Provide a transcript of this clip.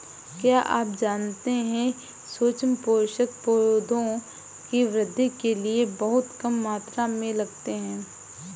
क्या आप जानते है सूक्ष्म पोषक, पौधों की वृद्धि के लिये बहुत कम मात्रा में लगते हैं?